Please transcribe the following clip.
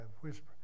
whisper